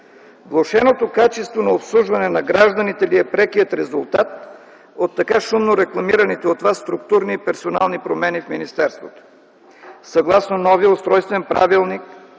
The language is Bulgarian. Влошеното качество на обслужване на гражданите ли е прекият резултат от така шумно рекламираните от Вас структурни и персонални промени в министерството? Съгласно новия устройствен правилник